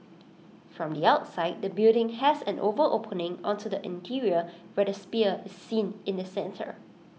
from the outside the building has an oval opening onto the interior where the sphere is seen in the centre